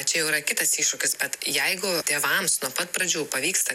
čia jau yra kitas iššūkis bet jeigu tėvams nuo pat pradžių pavyksta